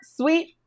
sweet